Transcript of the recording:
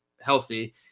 healthy